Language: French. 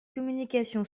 communication